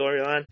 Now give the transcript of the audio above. storyline